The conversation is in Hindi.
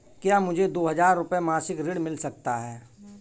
क्या मुझे दो हज़ार रुपये मासिक ऋण मिल सकता है?